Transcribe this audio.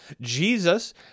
Jesus